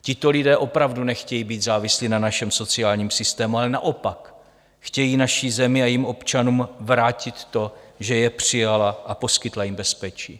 Tito lidé opravdu nechtějí být závislí na našem sociálním systému, ale naopak chtějí naší zemi a jejím občanům vrátit to, že je přijala a poskytla jim bezpečí.